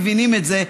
מבינים את זה.